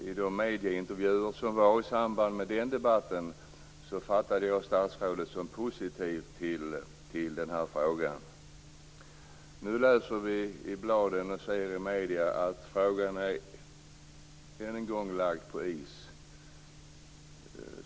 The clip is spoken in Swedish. I de medieintervjuer som gjordes i samband med den debatten uppfattade jag statsrådet som positiv till den här frågan. Nu läser vi i bladen och ser i medierna att frågan än en gång lagts på is.